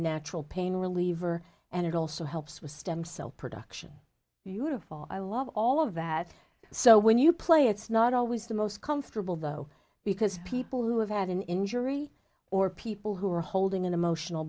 natural pain reliever and it also helps with stem cell production beautiful i love all of that so when you play it's not always the most comfortable though because people who have had an injury or people who are holding an emotional